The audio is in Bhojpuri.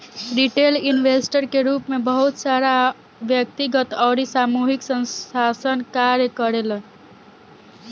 रिटेल इन्वेस्टर के रूप में बहुत सारा व्यक्तिगत अउरी सामूहिक संस्थासन कार्य करेले